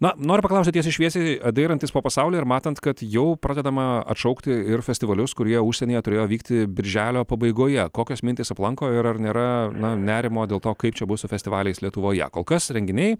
na noriu paklausti tiesiai šviesiai dairantis po pasaulį ir matant kad jau pradedama atšaukti ir festivalius kurie jau užsienyje turėjo vykti birželio pabaigoje kokios mintys aplanko ir ar nėra na nerimo dėl to kaip čia bus su festivaliais lietuvoje kol kas renginiai